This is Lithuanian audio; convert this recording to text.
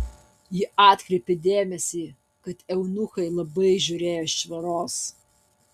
ji atkreipė dėmesį kad eunuchai labai žiūrėjo švaros